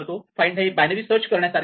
find हे binary search करण्यासारखे आहे